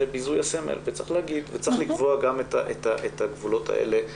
זה ביזוי הסמל וצריך להגיב וצריך לקבוע גם את הגבולות האלה.